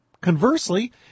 Conversely